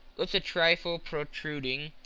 lips a trifle protruding,